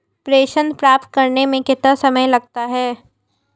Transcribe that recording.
प्रेषण प्राप्त करने में कितना समय लगता है?